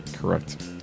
Correct